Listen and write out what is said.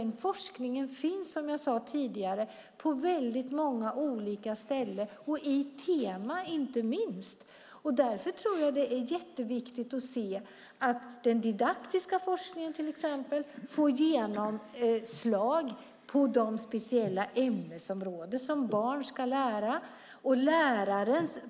Den forskningen finns, som jag sade tidigare, på väldigt många olika ställen, inte minst i teman. Därför tror jag att det är jätteviktigt att till exempel den didaktiska forskningen får genomslag på de speciella ämnesområden som barn ska lära.